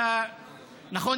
נכון,